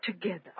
together